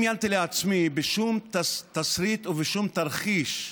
לעצמי, בשום תסריט ובשום תרחיש,